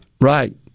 Right